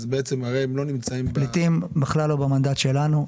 אז בעצם הרי הם לא נמצאים ב- -- פליטים בכלל לא במנדט שלנו,